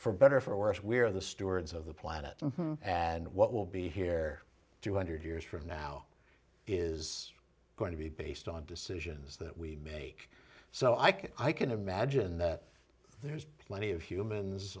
for better or for worse we are the stewards of the planet and what will be here two hundred years from now is going to be based on decisions that we make so i can i can imagine that there's plenty of humans